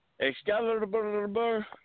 Excalibur